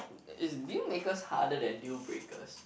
is deal makers harder than dealbreakers